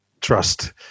trust